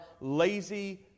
lazy